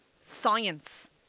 science